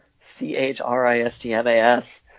C-H-R-I-S-T-M-A-S